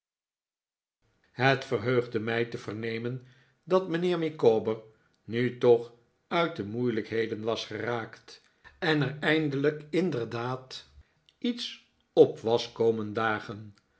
het verheugde mij te vernemen dat mijnheer micawber nu toch uit de moeilijkheden was geraakt en er eindelijk inderdaad iets was op komen dagen